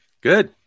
Good